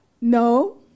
No